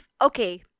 Okay